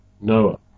Noah